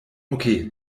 okay